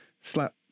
slap